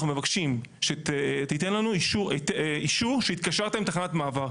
מבקשים שתיתן לנו אישור שהתקשרת עם תחנת מעבר.